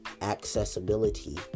accessibility